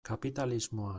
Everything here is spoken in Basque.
kapitalismoa